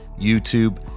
YouTube